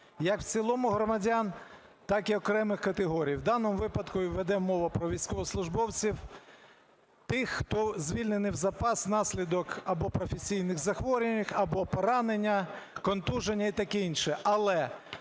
як в цілому громадян, так і окремих категорій. В даному випадку іде мова про військовослужбовців тих, хто звільнений в запас внаслідок або професійних захворювань, або поранення, контузію і таке інше,